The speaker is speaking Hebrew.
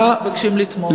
ומבקשים לתמוך.